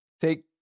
Take